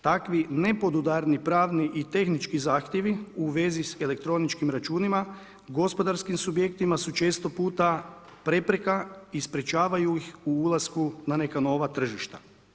Takvi nepodudarni pravni i tehnički zahtjevi u vezi s elektroničkim računima gospodarskim subjektima su često puta prepreka i sprječavaju ih u ulasku na neka nova tržišta.